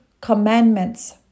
commandments